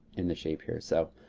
in the shape here. so,